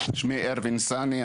שמי ארוין סני,